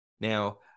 Now